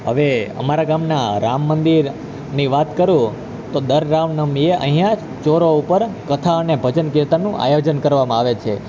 હવે અમારા ગામના રામ મંદિર ની વાત કરું તો દર રામ નવમીએ અહીંયાં ચોરા ઉપર કથા અને ભજન કીર્તનનું આયોજન કરવામાં આવે છે